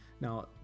Now